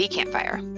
Campfire